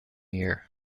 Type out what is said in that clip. year